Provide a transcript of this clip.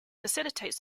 facilitates